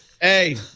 Hey